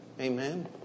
Amen